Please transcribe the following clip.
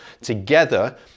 Together